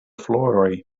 floroj